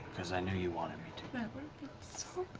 cause i knew you wanted me to. so but